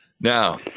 Now